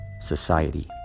society